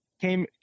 came